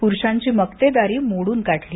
पुरूषांची मक्तेदारी मोडून काढली